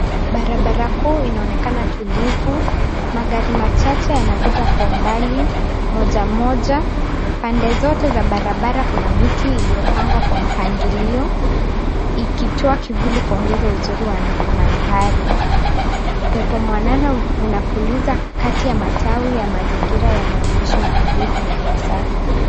Barabara kuu inaonekana tulivu, magari machache yanapita kwa umbali moja moja. Pande zote ye barabara kuna miti iliyopangwa kwa mpangilio ikitoa kivuli kuongeza uzuri wa mandhari. Upepo mwanana unapuliza kati ya matawi ya mazingira yanayooneysha utulivu na hewa safi.